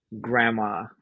grandma